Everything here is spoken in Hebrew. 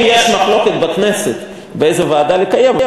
אם יש מחלוקת בכנסת באיזו ועדה לקיים דיון,